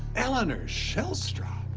eleanor shellstrop,